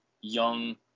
young